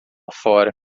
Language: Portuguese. fora